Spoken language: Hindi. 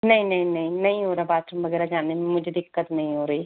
नहीं नहीं नहीं नहीं हो रहा बाथरूम वगैरह जाने में मुझे दिक्कत नहीं हो रही